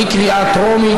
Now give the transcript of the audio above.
בקריאה טרומית.